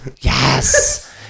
yes